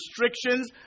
restrictions